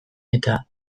eta